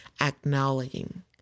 Acknowledging